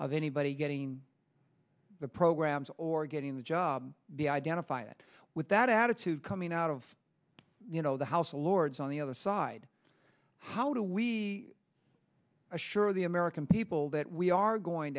of anybody getting the programs or getting the job the identify it with that attitude coming out of you know the house of lords on the other side how do we assure the american people that we are going